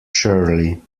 surely